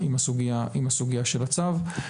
אני סגנית יושב ראש פורום המתמחים בהסתדרות הרפואית.